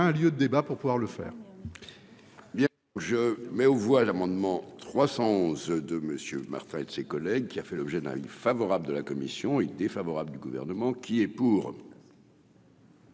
un lieu de débat pour pouvoir le faire.